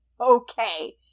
okay